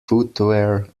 footwear